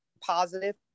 positive